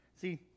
See